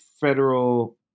federal